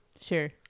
Sure